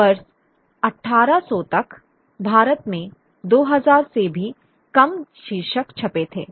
वर्ष 1800 तक भारत में 2000 से भी कम शीर्षक छपे थे